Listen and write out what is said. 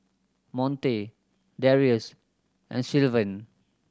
Monte Darius and Sylvan